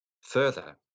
Further